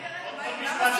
רגע, רגע.